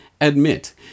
admit